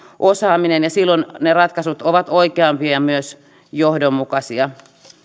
osaaminen ja silloin ne ratkaisut ovat oikeampia ja myös johdonmukaisia